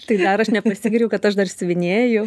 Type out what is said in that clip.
tai dar aš nepasigyriau kad aš dar siuvinėju